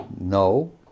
No